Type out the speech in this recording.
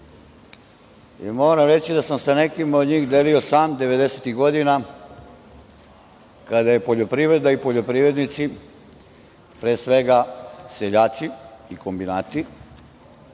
i moram reći da sam sa nekim od njih delio sam devedesetih godina kada je poljoprivreda i poljoprivrednici, pre svega seljaci i kombinati,